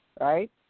right